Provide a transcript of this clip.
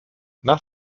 nach